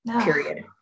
period